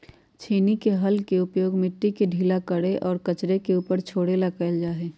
छेनी के हल के उपयोग मिट्टी के ढीला करे और कचरे के ऊपर छोड़े ला कइल जा हई